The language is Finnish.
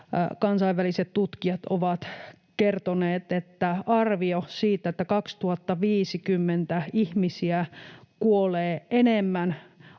kansainväliset tutkijat ovat kertoneet, että arvioidaan, että 2050 ihmisiä kuolee enemmän